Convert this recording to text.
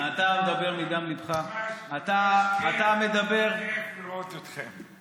אתה מדבר מדם ליבך, ממש כיף לראות אתכם.